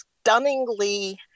stunningly